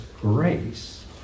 grace